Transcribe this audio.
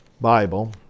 Bible